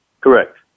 Correct